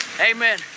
Amen